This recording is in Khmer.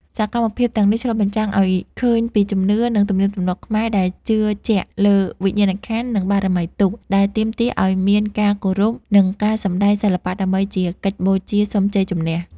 សកម្មភាពទាំងនេះឆ្លុះបញ្ចាំងឱ្យឃើញពីជំនឿ និងទំនៀមទម្លាប់ខ្មែរដែលជឿជាក់លើវិញ្ញាណក្ខន្ធ និងបារមីទូក ដែលទាមទារឱ្យមានការគោរព និងការសម្តែងសិល្បៈដើម្បីជាកិច្ចបូជាសុំជ័យជំនះ។